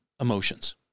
emotions